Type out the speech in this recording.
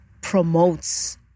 promotes